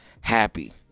happy